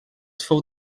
fou